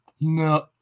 No